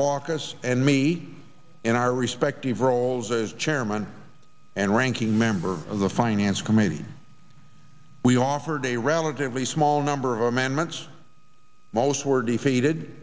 baucus and me in our respective roles as chairman and ranking member of the finance committee we offered a relatively small number of amendments most were defeated